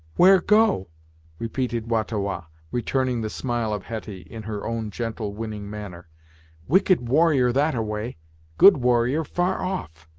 where go repeated wah-ta-wah, returning the smile of hetty, in her own gentle, winning, manner wicked warrior that-a-way good warrior, far off.